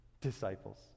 disciples